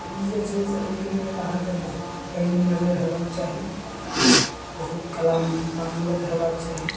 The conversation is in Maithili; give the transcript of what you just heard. ई जे छै से अइके लेल अहाँके बहुत पाइनी नजर हेबाक चाही बहुत कला मे पारंगत हेबाक चाही